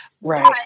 Right